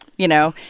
you know.